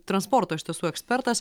transporto iš tiesų ekspertas